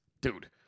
Dude